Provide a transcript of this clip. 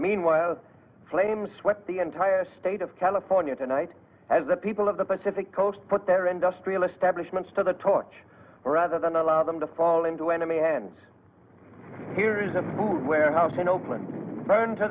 meanwhile the flames swept the entire state of california tonight as the people of the pacific coast put their industrial establishment for the torch rather than allow them to fall into enemy hands here is a warehouse in oakland burned to